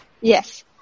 Yes